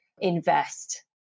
invest